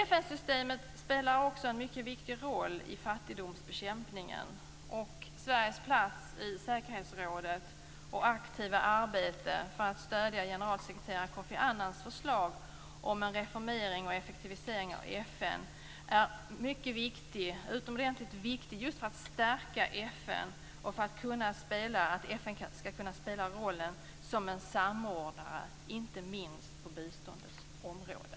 FN-systemet spelar också en mycket viktig roll i fattigdomsbekämpningen. Sveriges plats i säkerhetsrådet och vårt aktiva arbete för att stödja generalsekreterare Kofi Annans förslag om en reformering och effektivisering av FN är utomordentligt viktigt just för att FN skall kunna stärkas och för att FN skall kunna spela rollen som en samordnare, inte minst på biståndets område.